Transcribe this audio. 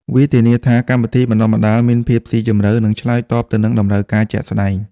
វាធានាថាកម្មវិធីបណ្តុះបណ្តាលមានភាពស៊ីជម្រៅនិងឆ្លើយតបទៅនឹងតម្រូវការជាក់ស្តែង។